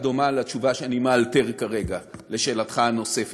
דומה לתשובה שאני מאלתר כרגע על שאלתך הנוספת.